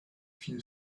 few